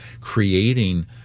creating